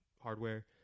hardware